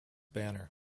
banner